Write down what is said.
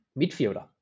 midfielder